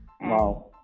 Wow